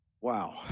Wow